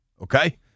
Okay